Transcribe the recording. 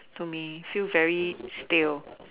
to me feel very stale